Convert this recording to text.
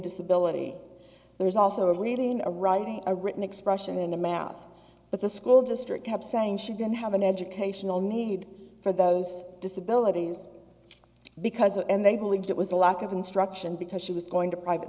disability there is also a leading a writing a written expression in the mouth but the school district kept saying she didn't have an educational need for those disabilities because and they believed it was a lack of instruction because she was going to private